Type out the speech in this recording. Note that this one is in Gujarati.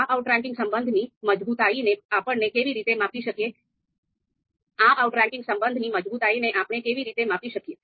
આ આઉટરેંકિંગ સંબંધની મજબૂતાઈને આપણે કેવી રીતે માપી શકીએ